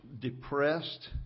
depressed